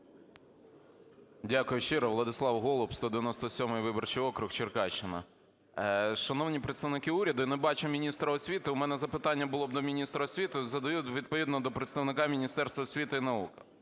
Дякую щиро. Владислав Голуб, 197 виборчий округ, Черкащина. Шановні представники уряду, я не бачу міністра освіти, у мене запитання було б до міністра освіти, задаю відповідно до представника Міністерства освіти і науки.